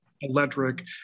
electric